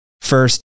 first